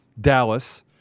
Dallas